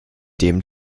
dem